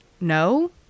No